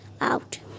out